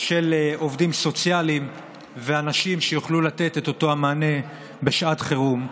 של עובדים סוציאליים ואנשים שיוכלו לתת את אותו מענה בשעת חירום.